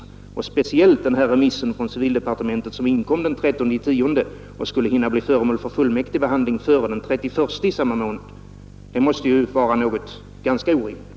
Det gäller speciellt remissen från civildepartementet, som inkom den 13 oktober och som skulle hinna bli föremål för fullmäktigebehandling före den 31 i samma månad. Det kravet måste ju vara orimligt.